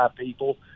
people